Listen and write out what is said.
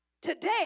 Today